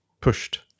pushed